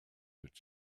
that